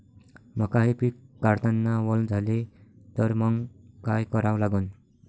मका हे पिक काढतांना वल झाले तर मंग काय करावं लागन?